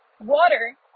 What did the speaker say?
Water